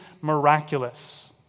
miraculous